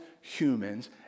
humans